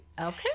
Okay